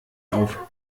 auf